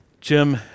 Jim